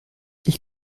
ich